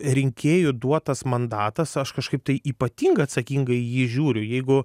rinkėjų duotas mandatas aš kažkaip tai ypatingai atsakingai į jį žiūriu jeigu